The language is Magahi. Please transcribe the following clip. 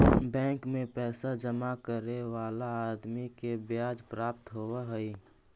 बैंक में पैसा जमा करे वाला आदमी के ब्याज प्राप्त होवऽ हई